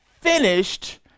finished